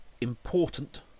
important